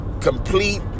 complete